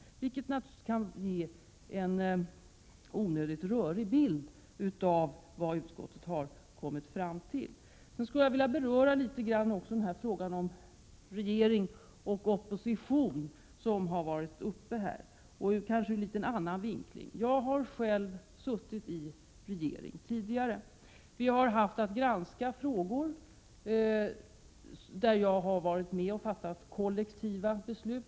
Detta kan naturligtvis ge en onödigt rörig bild av vad utskottet har kommit fram till. Sedan skulle jag något vilja beröra frågan om regering och opposition, som har varit uppe här, och kanske se den med en något annorlunda vinkling. Jag har själv suttit i en regering tidigare. Vi hade i utskottet att granska frågor, där jag varit med om att fatta kollektiva beslut.